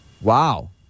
wow